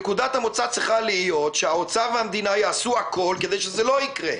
נקודת המוצא צריכה להיות שהאוצר והמדינה יעשו הכול כדי שזה לא יקרה.